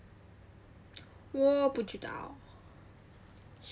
我不知道